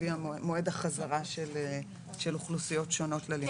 מועד החזרה של אוכלוסיות שונות ללימודים.